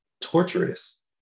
torturous